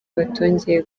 batongeye